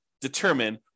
determine